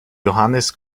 johannes